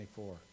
24